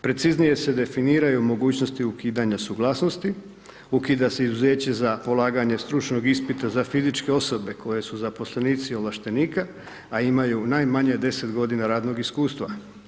Preciznije se definiranju mogućnosti ukidanja suglasnosti, ukida se izuzeće za polaganje stručnog ispita za fizičke osobe koje su zaposlenici ovlaštenika, a imaju najmanje 10 godina radnog iskustva.